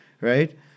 right